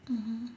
mmhmm